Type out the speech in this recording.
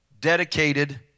dedicated